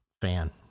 fan